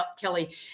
Kelly